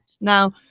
Now